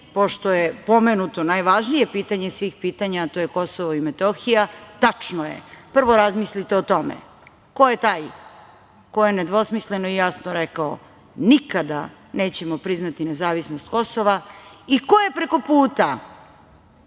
pošto je pomenuto najvažnije pitanje svih pitanja, a to je KiM, tačno je – prvo razmislite o tome ko je taj koji je nedvosmisleno i jasno rekao – nikada nećemo priznati nezavisnost Kosova i ko je prekoputa